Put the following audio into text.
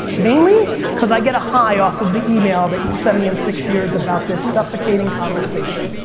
mainly cause i get a high off of the email that you send me in six years about this suffocating conversation.